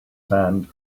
sand